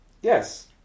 Yes